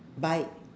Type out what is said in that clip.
buy